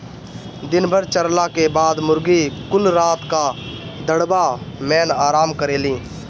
दिन भर चरला के बाद मुर्गी कुल रात क दड़बा मेन आराम करेलिन